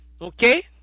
okay